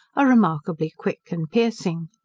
are remarkably quick and piercing.